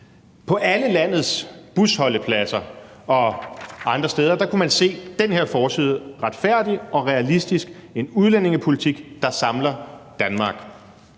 på alle landets busholdepladser og andre steder kunne man se den her »Retfærdig og realistisk – en udlændingepolitik der samler Danmark«